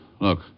Look